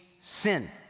sin